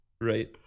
Right